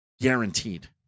Guaranteed